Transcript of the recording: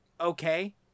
okay